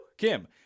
Kim